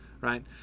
right